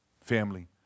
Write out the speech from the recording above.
family